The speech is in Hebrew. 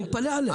אני מתפלא.